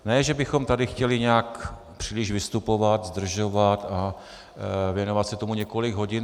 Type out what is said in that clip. Ne že bychom tady chtěli nějak příliš vystupovat, zdržovat a věnovat se tomu několik hodin.